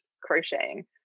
crocheting